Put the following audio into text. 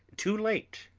too late?